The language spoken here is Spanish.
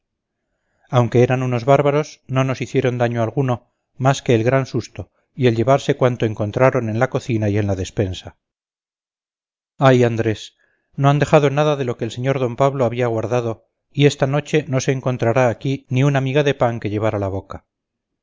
aunque eran unos bárbaros no nos hicieron daño alguno más que el gran susto y el llevarse cuanto encontraron en la cocina y en la despensa ay andrés no han dejado nada de lo que el sr d pablo había guardado y esta noche no se encontrará aquí ni una miga de pan que llevar a la boca